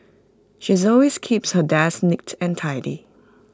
she's always keeps her desk neat and tidy